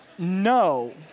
no